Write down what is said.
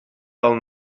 pel